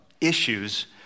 issues